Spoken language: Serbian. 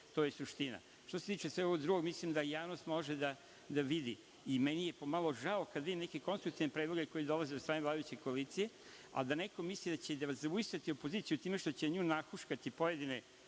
To je suština. Što se tiče svega ovog drugog, mislim da javnost može da vidi i meni je po malo žao kada vidim neke konstruktivne predloge koji dolaze od strane vladajuće koalicije, a da neko misli da će dezavuisati opoziciju time što će na nju nahuškati pojedine